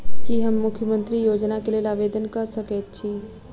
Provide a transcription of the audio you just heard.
की हम मुख्यमंत्री योजना केँ लेल आवेदन कऽ सकैत छी?